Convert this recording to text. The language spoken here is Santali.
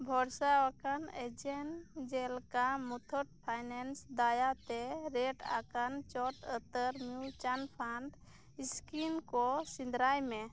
ᱵᱷᱚᱨᱥᱟ ᱣᱟᱠᱟᱱ ᱮᱡᱮᱱᱴ ᱡᱮᱞᱠᱟ ᱢᱩᱛᱷᱚᱴ ᱯᱷᱟᱭᱱᱮᱱᱥ ᱫᱟᱭᱟᱛᱮ ᱨᱮᱴ ᱟᱠᱟᱱ ᱪᱚᱴ ᱩᱛᱟ ᱨ ᱢᱤᱭᱩᱪᱟᱱ ᱯᱷᱟᱱᱰ ᱤᱥᱠᱤᱱ ᱠᱚ ᱥᱮᱸᱫᱽᱨᱟᱭ ᱢᱮ